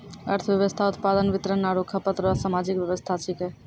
अर्थव्यवस्था उत्पादन वितरण आरु खपत रो सामाजिक वेवस्था छिकै